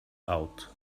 out